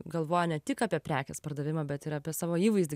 galvoja ne tik apie prekės pardavimą bet ir apie savo įvaizdį